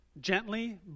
gently